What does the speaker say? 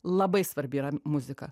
labai svarbi yra muzika